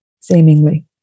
seemingly